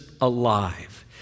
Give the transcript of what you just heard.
alive